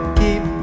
keep